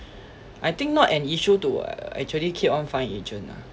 I think not an issue to actually keep on find agent ah